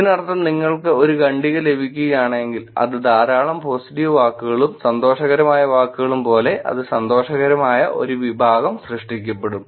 ഇതിനർത്ഥം നിങ്ങൾക്ക് ഒരു ഖണ്ഡിക ലഭിക്കുകയാണെങ്കിൽ അത് ധാരാളം പോസിറ്റീവ് വാക്കുകളും സന്തോഷകരമായ വാക്കുകളും പോലെ അത് സന്തോഷകരമായ ഒരു വിഭാഗം സൃഷ്ടിക്കും